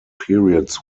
periods